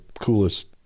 coolest